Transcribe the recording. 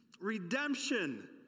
redemption